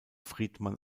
friedman